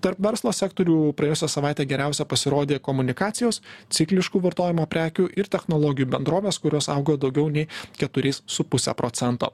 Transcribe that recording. tarp verslo sektorių praėjusią savaitę geriausia pasirodė komunikacijos cikliškų vartojimo prekių ir technologijų bendrovės kurios augo daugiau nei keturiais su puse procento